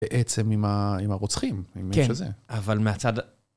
בעצם עם הרוצחים, עם מי שזה. כן, אבל מהצד...